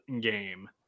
game